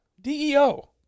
deo